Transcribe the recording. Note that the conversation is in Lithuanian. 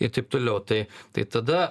ir taip toliau tai tai tada